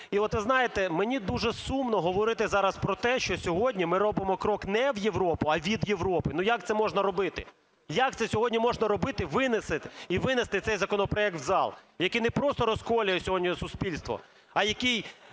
і от ви знаєте, мені дуже сумно говорити зараз про те, що сьогодні ми робимо крок не в Європу, а від Європи. Ну, як це можна робити? Як це сьогодні можна робити і винести цей законопроект в зал, який не просто розколює сьогодні суспільство, а який